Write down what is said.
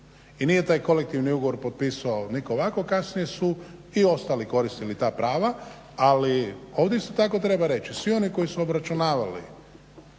I nije taj kolektivni ugovor potpisao nitko ovako, kasnije su i ostali koristili ta prava. Ali, ovdje isto tako treba reći svi oni koji su obračunavali